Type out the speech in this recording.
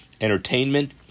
entertainment